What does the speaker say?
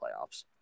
playoffs